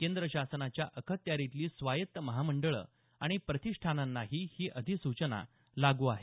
केंद्र शासनाच्या अखत्यारीतली स्वायत्त महामंडळं आणि प्रतिष्ठानांनाही ही अधिसूचना लागू आहे